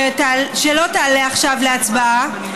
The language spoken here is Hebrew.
שלא תעלה עכשיו להצבעה,